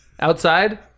Outside